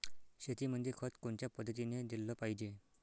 शेतीमंदी खत कोनच्या पद्धतीने देलं पाहिजे?